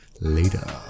later